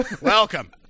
Welcome